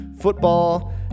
football